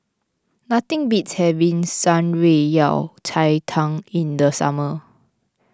nothing beats having Shan Rui Yao Cai Tang in the summer